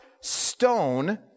stone